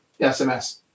SMS